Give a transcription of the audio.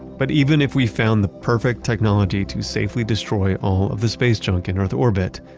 but even if we found the perfect technology to safely destroy all of the space junk in earth orbit,